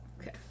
Okay